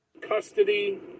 Custody